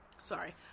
sorry